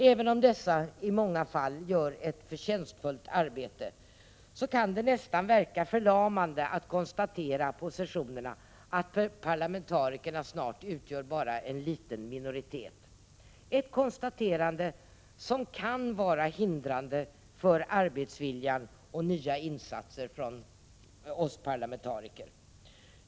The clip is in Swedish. Även om dessa personer i många fall gör ett förtjänstfullt arbete kan det nästan verka förlamande att på sessionerna kunna konstatera att parlamentarikerna snart utgör bara en liten minoritet, ett konstaterande som skulle kunna utgöra ett hinder för arbetsviljan och för nya insatser från oss parlamentariker.